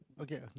Okay